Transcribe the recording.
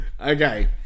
Okay